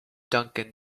duncan